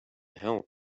help